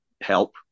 help